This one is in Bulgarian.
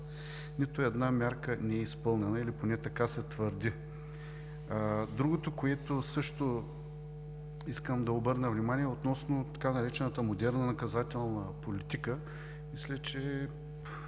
нито една мярка не е изпълнена, или поне така се твърди. Другото, на което също искам да обърна внимание, е относно така наречената „модерна наказателна политика“. Мисля,